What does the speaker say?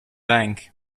bank